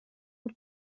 und